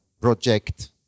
project